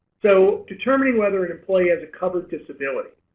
so determining whether employee as a covered disability.